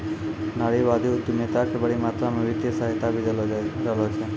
नारीवादी उद्यमिता क बड़ी मात्रा म वित्तीय सहायता भी देलो जा रहलो छै